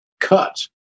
cut